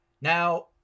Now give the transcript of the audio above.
Now